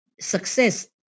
success